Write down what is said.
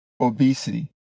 obesity